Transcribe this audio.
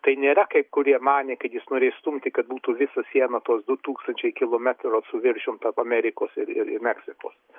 tai nėra kaip kurie manė kad jis norės stumti kad būtų visa siena tuos du tūkstančiai kilometrų su viršum tarp amerikos ir ir meksikos